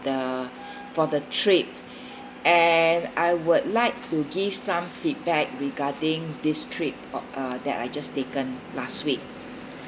the for the trip and I would like to give some feedback regarding this trip or~ uh that I just taken last week